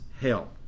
help